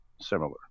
similar